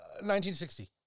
1960